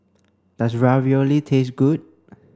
does Ravioli taste good